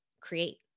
create